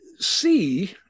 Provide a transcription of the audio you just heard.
See